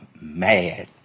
mad